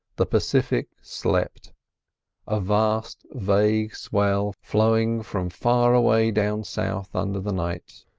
the pacific slept a vast, vague swell flowing from far away down south under the night,